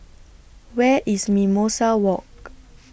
Where IS Mimosa Walk